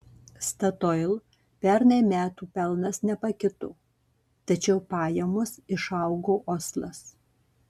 statoil pernai metų pelnas nepakito tačiau pajamos išaugo oslas